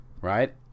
Right